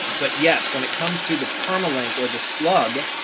but yes, when it comes to the perma link, or the slug,